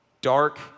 dark